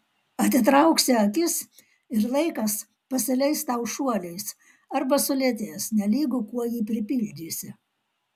atitrauksi akis ir laikas pasileis tau šuoliais arba sulėtės nelygu kuo jį pripildysi